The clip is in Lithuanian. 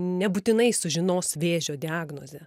nebūtinai sužinos vėžio diagnozę